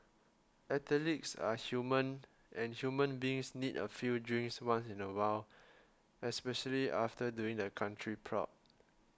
athletes are human and human beings need a few drinks once in a while especially after doing the country proud